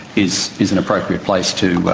is is an appropriate place to,